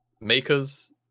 Makers